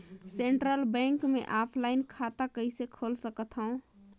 Central bank मे offline खाता कइसे खोल सकथव?